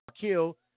Kill